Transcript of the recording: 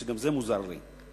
וגם זה מוזר לי.